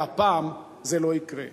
והפעם זה לא יקרה.